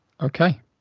okay